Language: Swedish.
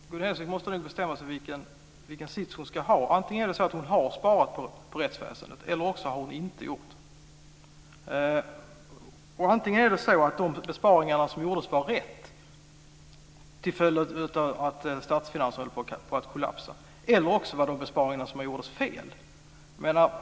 Fru talman! Gun Hellsvik måste nog bestämma sig för vilken sits hon ska ha. Antingen är det så att hon har sparat på rättsväsendet, eller också har hon inte gjort det. Antingen är det så att de besparingar som gjordes var rätt till följd av att statsfinanserna höll på att kollapsa, eller också var besparingarna fel.